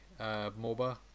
MOBA